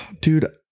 Dude